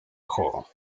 joo